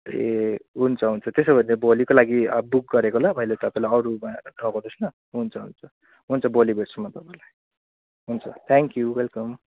ए हुन्छ हुन्छ त्यसो भने भोलिको लागि अब बुक गरेको ल मैले तपाईँलाई अरूमा नगर्नुहोस् ल हुन्छ हुन्छ हुन्छ भोलि भेट्छु म तपाईँलाई हुन्छ थ्याङ्क्यु वेलकम